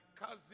cousin